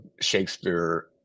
Shakespeare